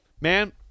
Man